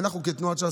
אנחנו כתנועת ש"ס,